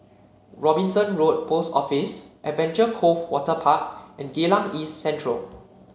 Robinson Road Post Office Adventure Cove Waterpark and Geylang East Central